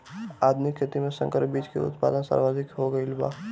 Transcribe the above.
आधुनिक खेती में संकर बीज के उत्पादन सर्वाधिक हो गईल बा